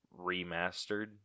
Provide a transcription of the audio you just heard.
remastered